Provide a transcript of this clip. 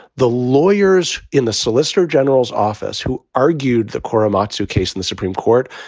the lawyers in the solicitor general's office who argued the korematsu case in the supreme court,